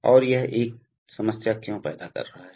और यह एक समस्या क्यों पैदा कर रहा है